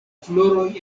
floroj